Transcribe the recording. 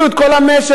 ישביתו את כל המשק,